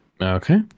okay